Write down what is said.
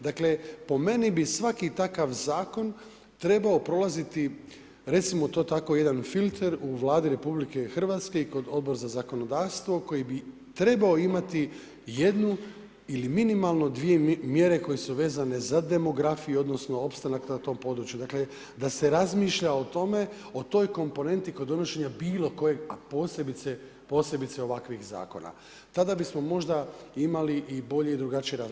Dakle po meni bi svaki takav zakon trebao prolaziti recimo to tako jedan filter u Vladi RH i kod Odbora za zakonodavstvo koji bi trebao imati ili minimalno dvije mjere koje su vezane za demografiju odnosno opstanak na tom području, dakle da se razmišlja o tome, o toj komponenti kod donošenja bilokojeg a posebice ovakvih zakona, tada bismo možda imali i bolji i drugačiji rad.